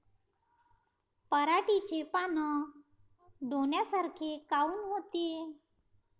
पराटीचे पानं डोन्यासारखे काऊन होते?